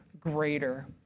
greater